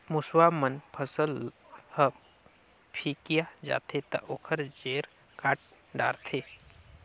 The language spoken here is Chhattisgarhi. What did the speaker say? मूसवा मन फसल ह फिकिया जाथे त ओखर जेर काट डारथे